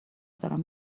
دارم